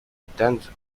attend